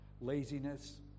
Laziness